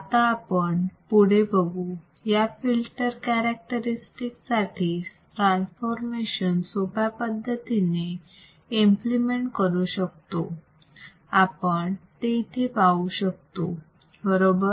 आता आपण पुढे बघू या फिल्टर कॅरेक्टरस्तिक्ससाठी ट्रान्सफॉर्मेशन सोप्या पद्धतीने इम्प्लिमेंट करू शकतो आपण ते इथे पाहू शकतो बरोबर